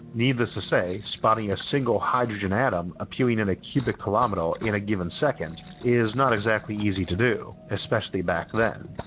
needless to say spotting a single hydrogen atom appearing in a cubic kilometer in a given second is not exactly easy to do, especially back then.